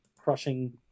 crushing